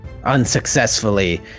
unsuccessfully